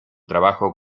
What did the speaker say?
trabajo